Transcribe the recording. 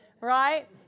right